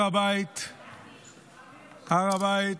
הר הבית